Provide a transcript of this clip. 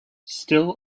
still